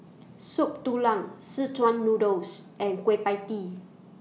Soup Tulang Szechuan Noodle and Kueh PIE Tee